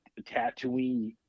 Tatooine